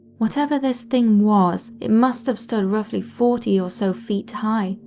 whatever this thing was, it must've stood roughly forty or so feet high,